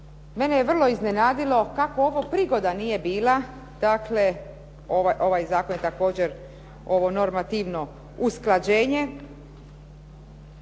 mene je vrlo iznenadilo kako ovo prigoda nije bila ovaj zakon također, ovo normativno usklađenje